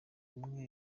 umwe